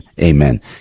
Amen